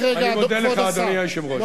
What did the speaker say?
אני מודה לך, אדוני היושב-ראש.